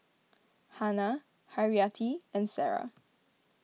Hana Haryati and Sarah